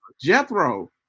Jethro